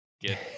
Get